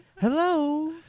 Hello